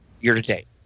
year-to-date